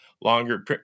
longer